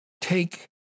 take